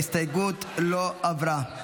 ההסתייגות לא עברה.